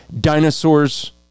dinosaurs